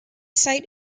site